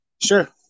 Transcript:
Sure